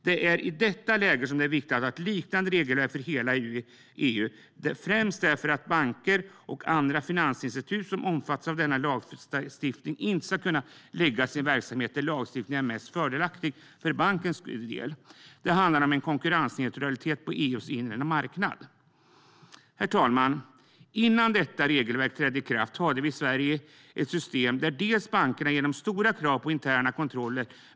Det är i detta läge som det är viktigt att ha ett liknande regelverk för hela EU. Det är främst för att banker och andra finansinstitut som omfattas av denna lagstiftning inte ska kunna lägga sin verksamhet där lagstiftningen är mest fördelaktig för bankens del. Det handlar om en konkurrensneutralitet på EU:s inre marknad. Herr talman! Innan detta regelverk träder i kraft har vi i Sverige haft ett system där bankerna haft stora krav på interna kontroller.